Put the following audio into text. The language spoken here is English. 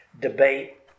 debate